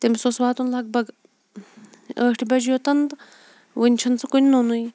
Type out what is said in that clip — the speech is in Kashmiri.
تٔمِس اوس واتُن لَگ بَگ ٲٹھی بَجہِ یوٚتَن وٕنہِ چھُنہٕ سُہ کُنہِ نوٚنُے